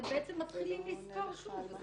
אתם מתחילים לספור שוב.